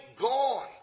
gone